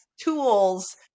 tools